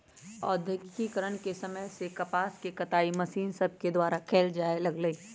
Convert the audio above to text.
औद्योगिकरण के समय से कपास के कताई मशीन सभके द्वारा कयल जाय लगलई